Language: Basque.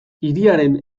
hiriaren